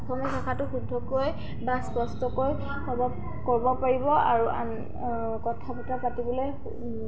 অসমীয়া ভাষাটো শুদ্ধকৈ বা স্পষ্টকৈ ক'ব ক'ব পাৰিব আৰু আন কথা বতৰা পাতিবলৈ